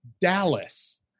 Dallas